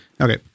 Okay